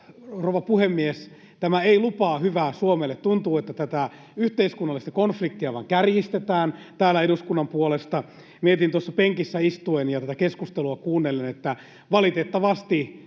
Rouva puhemies! Tämä ei lupaa hyvää Suomelle. Tuntuu, että tätä yhteiskunnallista konfliktia vain kärjistetään täällä eduskunnan puolesta. Mietin tuossa penkissä istuen ja tätä keskustelua kuunnellen, että valitettavasti